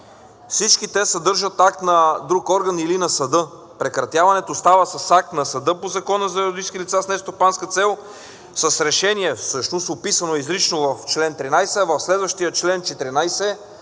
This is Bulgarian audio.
Всички те съдържат акт на друг орган или на съда. Прекратяването става с акт на съда по Закона за юридическите лица с нестопанска цел, с решение всъщност, описано изрично в чл. 13. В следващия член – 14,